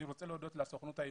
אני רוצה להודות לסוכנות היהודית.